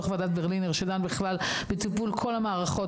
דוח ועדת ברלינר שדן בכלל בטיפול כל המערכות.